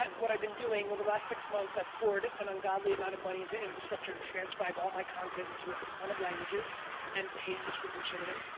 um what i've been doing over the last six months, i've poured an ungodly amount of money into infrastructure to transcribe all my content into a ton of languages and paid distribution in them.